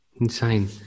Insane